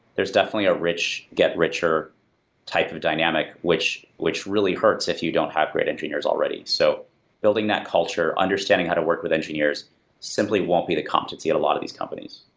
there's definitely a rich, get richer type of dynamic which which really hurts if you don't have great engineers already. so building that culture, understanding how to work with engineers simply won't be the competency in a lot of these companies.